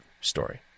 story